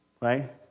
Right